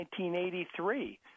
1983